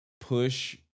push